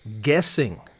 guessing